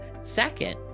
Second